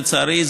לצערי,